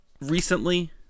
recently